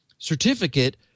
certificate